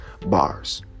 Bars